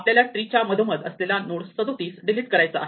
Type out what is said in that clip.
आपल्याला ट्री च्या मधोमध असलेला नोड 37 डिलीट करायचा आहे